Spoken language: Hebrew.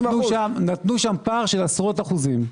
נתנו שם פער של עשרות אחוזים.